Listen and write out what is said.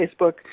Facebook